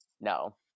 no